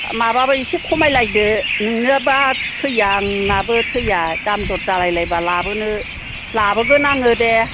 माबाबाय एसे खमायलायदो नोंनोबा थैया आंनाबो थैया दाम दर जालायलायबा लाबोगोन आङो दे